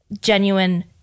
genuine